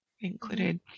included